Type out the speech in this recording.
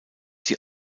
sie